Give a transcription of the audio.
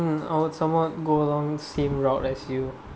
I want someone go along same route as you